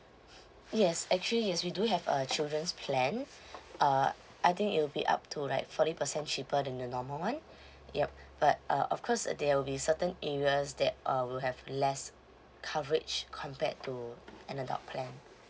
yes actually yes we do have a children's plan uh I think it will be up to like forty percent cheaper than the normal one yup but uh of course uh there'll be certain areas that uh will have less coverage compared to an adult plan